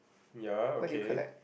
ya okay